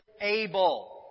able